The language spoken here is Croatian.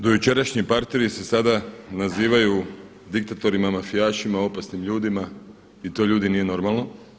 Do jučerašnji partneri se sada nazivaju diktatorima, mafijašima, opasnim ljudima i to ljudi nije normalno.